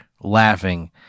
laughing